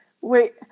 wait